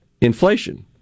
inflation